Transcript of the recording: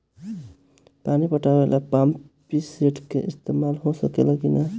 पानी पटावे ल पामपी सेट के ईसतमाल हो सकेला कि ना?